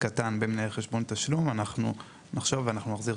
קטן של מנהל חשבון תשלום אנחנו נחשוב ונחזיר תשובות.